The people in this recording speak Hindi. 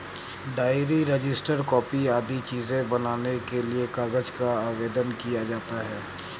डायरी, रजिस्टर, कॉपी आदि चीजें बनाने के लिए कागज का आवेदन किया जाता है